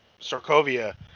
Sarkovia